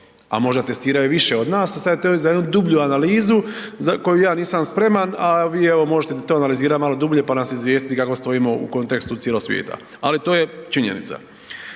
a možda testiraju više od nas, sad je to za jednu dublju analizu za koju ja nisam spreman, a vi evo možete to analizirati malo dublje pa nas izvijestiti kako stojimo u kontekstu cijelog svijeta, ali to je činjenica.